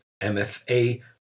mfa